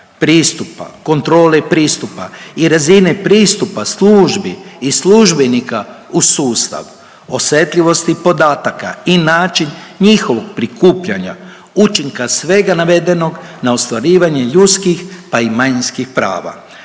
pristupa, kontrole pristupa i razine pristupa službi i službenika u sustav, osjetljivosti podataka i način njihovog prikupljanja, učinka svega navedenog na ostvarivanje ljudskih, pa i manjinskih prava,